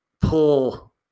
pull